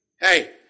Hey